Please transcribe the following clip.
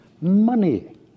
Money